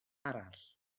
arall